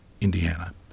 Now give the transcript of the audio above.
Indiana